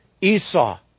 Esau